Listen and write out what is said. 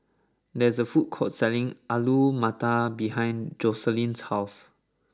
there is a food court selling Alu Matar behind Joseline's house